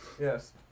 Yes